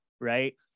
Right